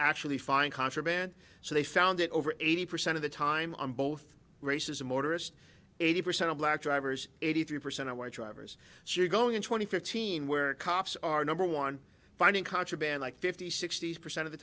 actually find contraband so they found that over eighty percent of the time on both races a motorist eighty percent of black drivers eighty three percent of white drivers so you're going in twenty fifteen where cops are number one finding contraband like fifty sixty percent of the